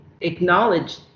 acknowledge